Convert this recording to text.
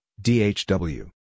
D-H-W